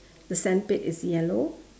the sandpit is yellow